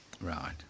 right